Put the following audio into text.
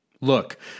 Look